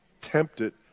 Tempted